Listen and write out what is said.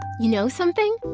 you know something?